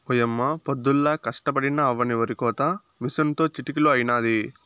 ఓయమ్మ పొద్దుల్లా కష్టపడినా అవ్వని ఒరికోత మిసనుతో చిటికలో అయినాది